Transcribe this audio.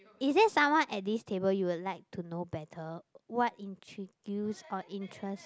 is there someone at this table you would like to know better what intrigues your interest